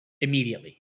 immediately